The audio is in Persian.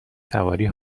سواری